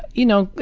you know,